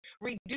reduce